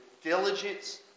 Diligence